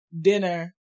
dinner